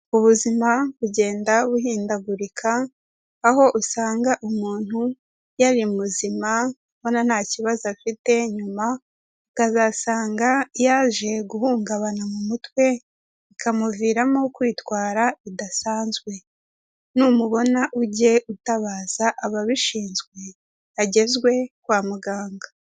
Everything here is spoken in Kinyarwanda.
Ubuzima bugenda buhindagurika, aho usanga umuntu yari muzima ubona nta kibazo afite. Nyuma akazasanga yaje guhungabana mu mutwe bikamuviramo kwitwara bidasanzwe, numubona ujye utabaza ababishinzwe agezwe kwa muganga.